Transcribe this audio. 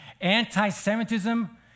Anti-Semitism